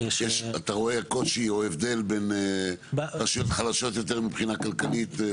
אתה רואה קושי או הבדל בין רשויות חלשות יותר מבחינה כלכלית?